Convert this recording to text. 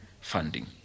funding